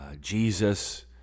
Jesus